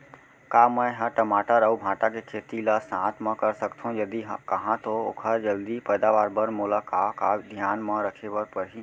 का मै ह टमाटर अऊ भांटा के खेती ला साथ मा कर सकथो, यदि कहाँ तो ओखर जलदी पैदावार बर मोला का का धियान मा रखे बर परही?